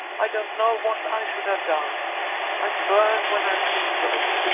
i don't know what i should have done i burn when i think of it.